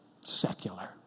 secular